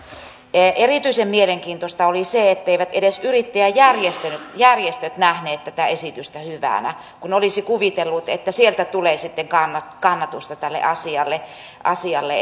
erityisen mielenkiintoista oli se etteivät edes yrittäjäjärjestöt nähneet tätä esitystä hyvänä kun olisi kuvitellut että sieltä tulee sitten kannatusta tälle asialle asialle